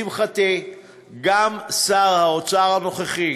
לשמחתי גם שר האוצר הנוכחי